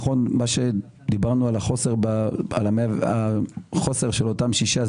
מה שדיברנו על החוסר של אותם שישה,